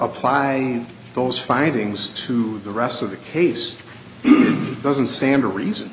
apply those findings to the rest of the case doesn't stand to reason